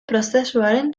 prozesuaren